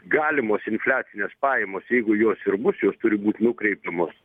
galimos infliacinės pajamos jeigu jos ir bus jos turi būt nukreipiamos